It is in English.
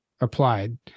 applied